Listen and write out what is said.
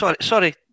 sorry